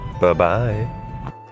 Bye-bye